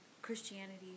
Christianity